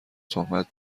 تهمت